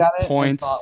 points